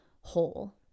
whole